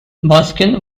baskin